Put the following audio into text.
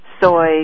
soy